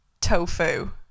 tofu